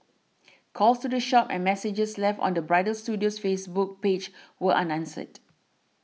calls to the shop and messages left on the bridal studio's Facebook page were unanswered